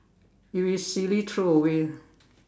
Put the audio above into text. if it is silly throw away